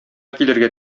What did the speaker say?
килергә